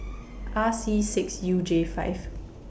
R C six U J five